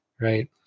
right